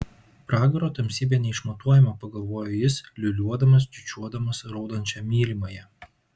pragaro tamsybė neišmatuojama pagalvojo jis liūliuodamas čiūčiuodamas raudančią mylimąją